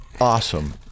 awesome